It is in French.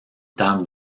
table